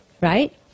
Right